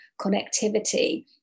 connectivity